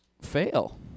Fail